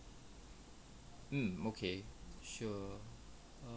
mm okay sure